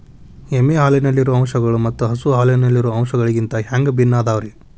ಎಮ್ಮೆ ಹಾಲಿನಲ್ಲಿರೋ ಅಂಶಗಳು ಮತ್ತ ಹಸು ಹಾಲಿನಲ್ಲಿರೋ ಅಂಶಗಳಿಗಿಂತ ಹ್ಯಾಂಗ ಭಿನ್ನ ಅದಾವ್ರಿ?